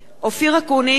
אופיר אקוניס,